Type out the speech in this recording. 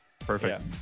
Perfect